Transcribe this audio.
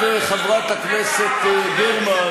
הכול דמגוגיה.